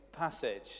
Passage